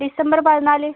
December പതിനാല്